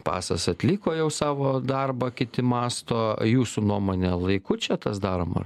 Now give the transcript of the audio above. pasas atliko jau savo darbą kiti mąsto jūsų nuomone laiku čia tas daroma